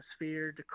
atmosphere